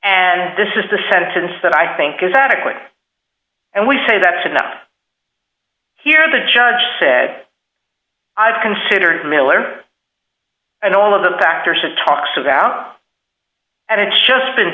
and this is the sentence that i think is adequate and we say that enough here the judge said i've considered miller and all of the factors it talks about and it's just been